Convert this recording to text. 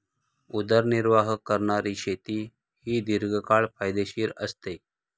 उदरनिर्वाह करणारी शेती ही दीर्घकाळ फायदेशीर असते